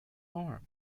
arm